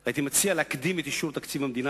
הייתי מציע להקדים את אישור תקציב המדינה,